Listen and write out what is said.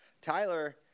Tyler